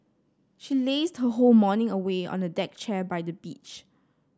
she lazed her whole morning away on a deck chair by the beach